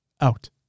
out